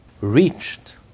reached